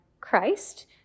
Christ